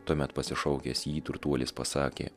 tuomet pasišaukęs jį turtuolis pasakė